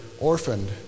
orphaned